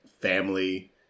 family